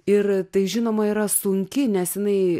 ir tai žinoma yra sunki nes jinai